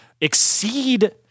exceed